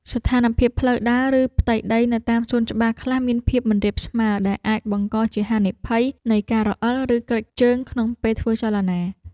ស្ថានភាពផ្លូវដើរ ឬផ្ទៃដីនៅតាមសួនច្បារខ្លះមានភាពមិនរាបស្មើ ដែលអាចបង្កជាហានិភ័យនៃការរអិល ឬគ្រេចជើងក្នុងពេលធ្វើចលនា។